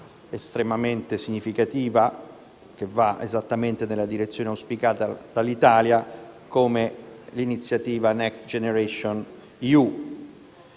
estremamente significativa che va esattamente nella direzione auspicata dall'Italia, come l'iniziativa *next generation* EU.